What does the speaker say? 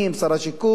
שר השיכון,